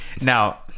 Now